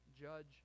judge